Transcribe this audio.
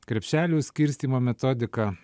krepšelių skirstymo metodika